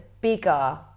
bigger